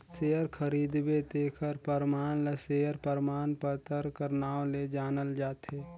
share खरीदबे तेखर परमान ल सेयर परमान पतर कर नांव ले जानल जाथे